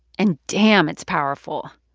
and damn, it's powerful.